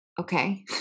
okay